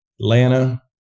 Atlanta